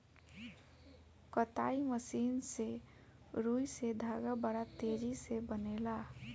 कताई मशीन से रुई से धागा बड़ा तेजी से बनेला